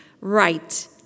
right